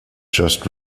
just